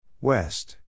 West